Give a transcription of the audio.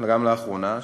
גם לאחרונה,